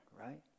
right